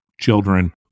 children